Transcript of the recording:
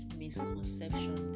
misconception